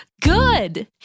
Good